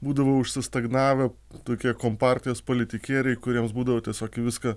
būdavo stagnavę tokie kompartijos politikieriai kuriems būdavo tiesiog į viską